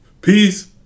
Peace